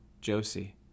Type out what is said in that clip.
Josie